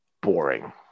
boring